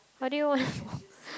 but they will